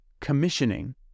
commissioning